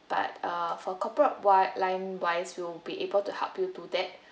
with but uh for corporate wise line wise we'll be able to help you do that